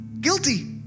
Guilty